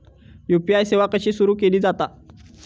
UPI सेवा कशी सुरू केली जाता?